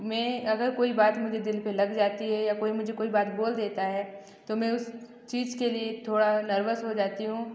मैं अगर कोई बात मुझे दिल पर लग जाती है या कोई मुझे कोई बात बोल देता है तो मैं उस चीज़ के लिए मैं थोड़ा नर्वस हो जाती हूँ